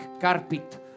carpet